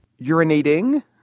Urinating